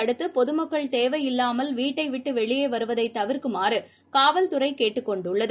அடுத்துபொதுமக்கள் தேவையில்லாமல் முழுஊரடங்கை வீட்டைவிட்டுவெளியேவருவதைதவிர்க்குமாறுகாவல்துறைகேட்டுக் கொண்டுள்ளது